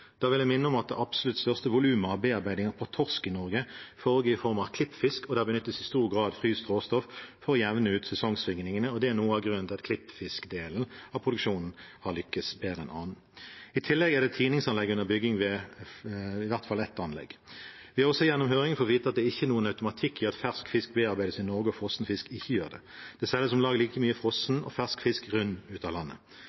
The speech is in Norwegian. Da vil jeg minne om at det absolutt største volumet av bearbeiding av torsk i Norge foregår i form av klippfisk, og der benyttes det i stor grad fryst råstoff for å jevne ut sesongsvingningene. Det er noe av grunnen til at klippfiskdelen av produksjonen har lyktes bedre enn andre. I tillegg er det tiningsanlegg under bygging ved i hvert fall ett anlegg. Vi har også gjennom høringen fått vite at det ikke er noen automatikk i at fersk fisk bearbeides i Norge og frossen fisk ikke gjør det. Det selges om lag like mye